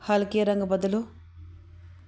ਹਲਕੇ ਰੰਗ ਬਦਲੋ